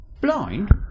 Blind